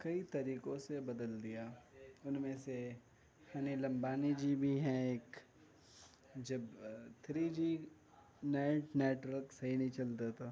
کئی طریقوں سے بدل دیا ان میں سے انل امبانی جی بھی ہیں ایک جب تھری جی نیٹ نیٹورک صحیح نہیں چلتا تھا